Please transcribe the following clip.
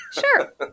Sure